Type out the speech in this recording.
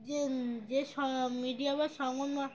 যে যে স মিডিয়া বা সান